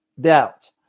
doubt